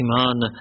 iman